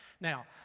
Now